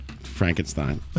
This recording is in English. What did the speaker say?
Frankenstein